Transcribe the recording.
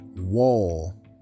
wall